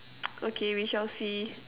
okay we shall see